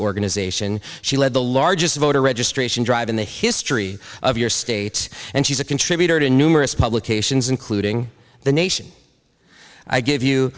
organization she led the largest voter registration drive in the history of your state and she's a contributor to numerous publications including the nation i give you